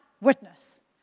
witness